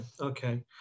Okay